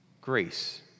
grace